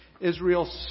Israel